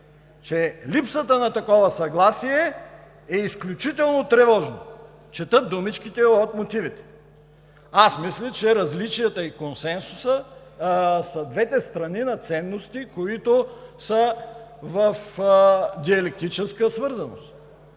че липсата на такова съгласие е изключително тревожно – чета думичките от мотивите. Аз мисля, че различията и консенсусът са двете страни на ценности, които са в диалектическа свързаност,